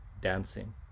dancing